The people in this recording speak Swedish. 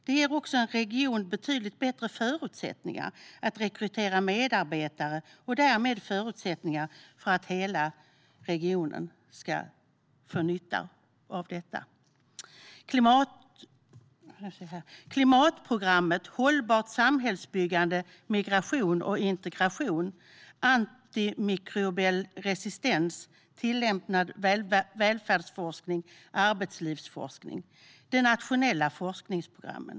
Det ger också en region betydligt bättre förutsättningar att rekrytera medarbetare och därmed skapa förutsättningar för att hela regionen ska kunna dra nytta av detta. De nationella forskningsprogrammen är bland andra: klimatprogrammet, hållbart samhällsbyggande, migration och integration, antibiotikaresistens, tillämpad välfärdsforskning, och arbetslivsforskning.